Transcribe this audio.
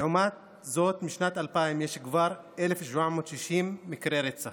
לעומת זאת, משנת 2000 יש כבר 1,760 מקרי רצח.